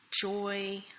joy